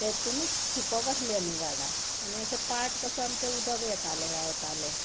तेतुनूच शिंपप आसलीं आमी झाडां आनी अशें पाट कसो आमचें उदक येतालें व्हांवतालें